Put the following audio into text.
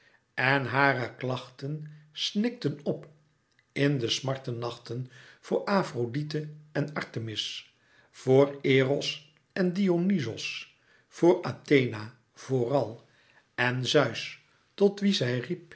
en hare klachten snikten op in de smarte nachten voor afrodite en artemis voor eros en dionyzos voor athena vooral en zeus tot wie zij riep